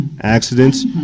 accidents